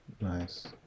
Nice